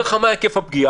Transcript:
אומר לך מה היקף הפגיעה,